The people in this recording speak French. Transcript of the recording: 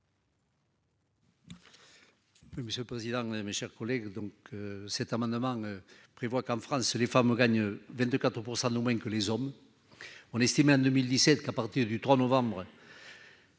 monsieur le président, mes chers collègues, donc cet amendement prévoit qu'en France les femmes gagnent 24 % de moins que les hommes, on estimait à 2017 qu'à partir du 3 novembre.